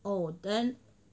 oh then